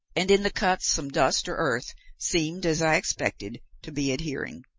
and in the cuts some dust, or earth, seemed, as i expected, to be adhering.